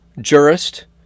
jurist